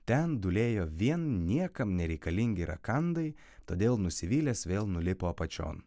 ten dulėjo vien niekam nereikalingi rakandai todėl nusivylęs vėl nulipo apačion